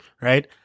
right